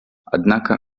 однако